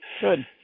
Good